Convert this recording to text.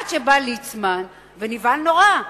עד שבא ליצמן ונבהל נורא,